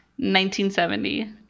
1970